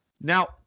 Now